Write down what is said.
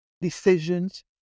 decisions